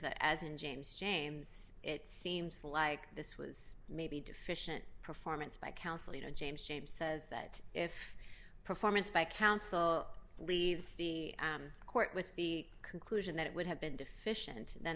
that as in james james it seems like this was maybe deficient performance by counsel you know james james says that if performance by counsel leaves the court with the conclusion that it would have been deficient then